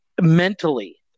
mentally